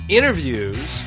Interviews